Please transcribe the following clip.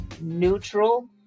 neutral